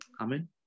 Amen